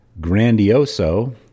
Grandioso